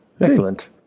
Excellent